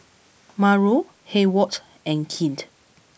Mauro Hayward and Clint